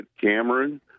Cameron